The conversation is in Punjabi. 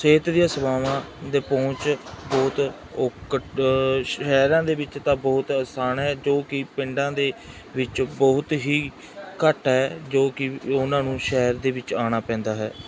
ਸਿਹਤ ਦੀਆਂ ਸੇਵਾਵਾਂ ਦੇ ਪਹੁੰਚ ਬਹੁਤ ਔਕਟ ਸ਼ਹਿਰਾਂ ਦੇ ਵਿੱਚ ਤਾਂ ਬਹੁਤ ਅਸਾਨ ਹੈ ਜੋ ਕਿ ਪਿੰਡਾਂ ਦੇ ਵਿੱਚ ਬਹੁਤ ਹੀ ਘੱਟ ਹੈ ਜੋ ਕਿ ਉਹਨਾਂ ਨੂੰ ਸ਼ਹਿਰ ਦੇ ਵਿੱਚ ਆਉਣਾ ਪੈਂਦਾ ਹੈ